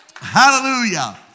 Hallelujah